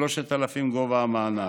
3,000 גובה המענק,